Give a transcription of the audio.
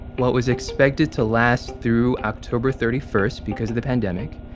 what was expected to last through october thirty first because of the pandemic.